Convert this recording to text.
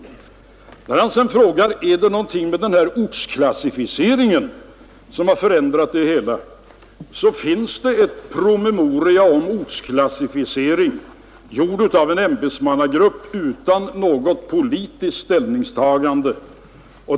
När herr Fälldin sedan frågar om det är någonting med ortsklassificeringen som förändrat det hela, vill jag svara att det finns en promemoria om ortsklassificering, upprättad av en ämbetsmannagrupp utan något politiskt ställningstagande.